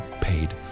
paid